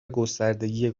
گستردگی